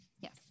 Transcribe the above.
Yes